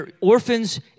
Orphans